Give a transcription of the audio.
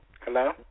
Hello